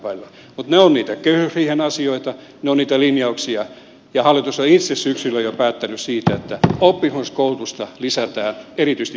mutta ne ovat niitä kehysriihen asioita ne ovat niitä linjauksia ja hallitus on itse syksyllä jo päättänyt siitä että oppisopimuskoulutusta lisätään erityisesti pk sektorin tarpeisiin